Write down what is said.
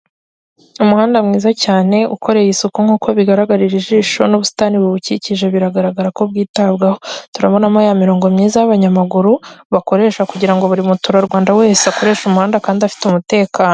Umuhanda mwiza cyane ukoreye isuku nk'uko bigaragarira ijisho, n'ubusitani buwukikije biragaragara ko bwitabwaho. Turabonamo ya mirongo myiza y'abanyamaguru, bakoresha kugira ngo buri muturarwanda wese akoreshe umuhanda, kandi afite umutekano.